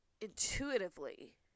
intuitively